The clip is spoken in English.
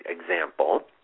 example